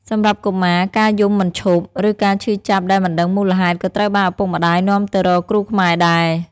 សម្រាប់កុមារ ការយំមិនឈប់ ឬការឈឺចាប់ដែលមិនដឹងមូលហេតុ ក៏ត្រូវបានឪពុកម្តាយនាំទៅរកគ្រូខ្មែរដែរ។